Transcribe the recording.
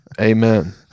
Amen